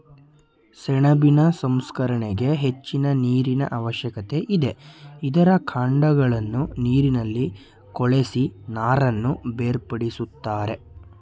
ಸೆಣಬಿನ ಸಂಸ್ಕರಣೆಗೆ ಹೆಚ್ಚಿನ ನೀರಿನ ಅವಶ್ಯಕತೆ ಇದೆ, ಇದರ ಕಾಂಡಗಳನ್ನು ನೀರಿನಲ್ಲಿ ಕೊಳೆಸಿ ನಾರನ್ನು ಬೇರ್ಪಡಿಸುತ್ತಾರೆ